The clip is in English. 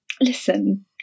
Listen